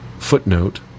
Footnote